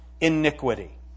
iniquity